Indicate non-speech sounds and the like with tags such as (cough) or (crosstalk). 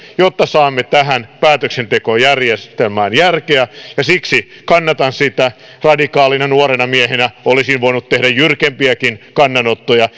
jotta saamme tähän päätöksentekojärjestelmään järkeä ja siksi kannatan sitä radikaalina nuorena miehenä olisin voinut tehdä jyrkempiäkin kannanottoja (unintelligible)